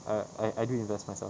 err I I do invest myself